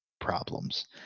problems